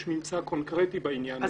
יש ממצא קונקרטי בעניין הזה.